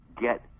get